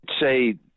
say